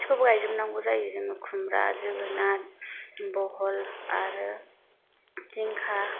गासिखौबो गायजोबनांगौ जायो जोङो खुमब्रा जोगोनार बहल आरो जिंखा